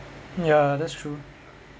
ya that's true